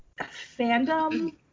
fandom